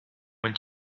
when